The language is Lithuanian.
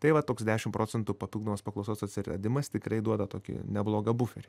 tai va toks dešim procentų papildomas paklausos atsiradimas tikrai duoda tokį neblogą buferį